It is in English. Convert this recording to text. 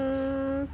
mm